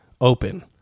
open